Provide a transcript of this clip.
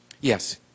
Yes